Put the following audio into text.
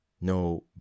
no